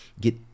get